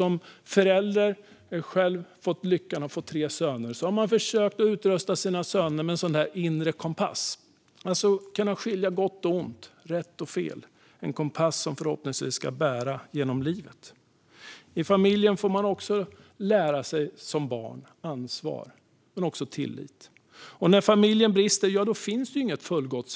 Jag har själv haft lyckan av att få tre söner, och som förälder har jag försökt att utrusta mina söner med en inre kompass, att skilja på gott och ont, rätt och fel. Det är en kompass som förhoppningsvis ska bära genom livet. I familjen får man som barn också lära sig ansvar och tillit. När familjen brister finns inget fullgott